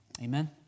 Amen